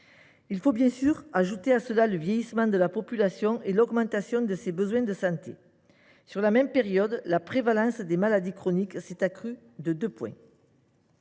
Il faut ajouter à cela le vieillissement de la population et l’augmentation de ses besoins de santé : sur la même période, la prévalence des maladies chroniques s’est accrue de deux points.